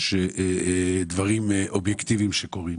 יש דברים אובייקטיביים שקורים.